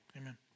Amen